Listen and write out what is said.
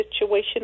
situation